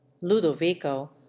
ludovico